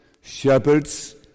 Shepherds